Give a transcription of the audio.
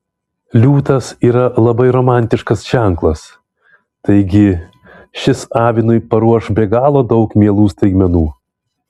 liūtas yra labai romantiškas ženklas taigi šis avinui paruoš be galo daug mielų staigmenų